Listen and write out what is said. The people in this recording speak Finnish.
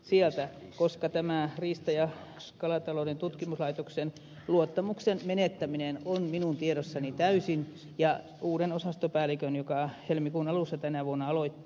tämä riista ja kalatalouden tutkimuslaitoksen luottamuksen menettäminen on minun tiedossani täysin ja uuden osastopäällikön joka helmikuun alussa tänä vuonna aloitti